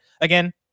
again